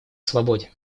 свободе